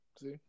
See